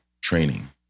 training